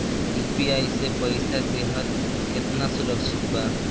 UPI से पईसा देहल केतना सुरक्षित बा?